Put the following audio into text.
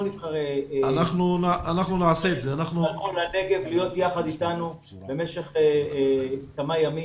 נבחרי הציבור להיות יחד איתנו במשך כמה ימים.